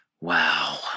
Wow